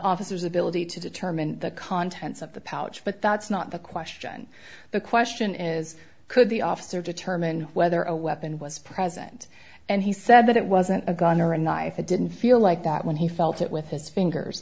officers ability to determine the contents of the pouch but that's not the question the question is could the officer determine whether a weapon was present and he said that it wasn't a gun or a knife it didn't feel like that when he felt it with his fingers